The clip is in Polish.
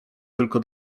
tylko